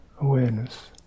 awareness